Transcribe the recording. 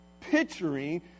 picturing